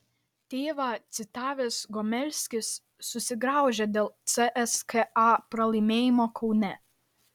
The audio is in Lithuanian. tėvą citavęs gomelskis susigraužė dėl cska pralaimėjimo kaune